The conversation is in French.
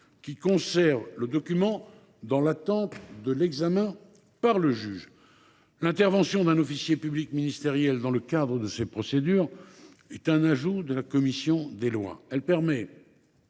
qui conserve le document dans l’attente de l’examen par le juge. L’intervention d’un officier public ministériel dans le cadre de ces procédures est un ajout de la commission des lois.